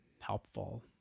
helpful